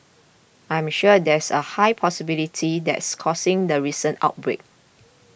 I'm sure there's a high possibility that's causing the recent outbreak